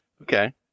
Okay